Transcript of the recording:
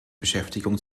beschäftigung